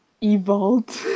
Evolved